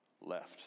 left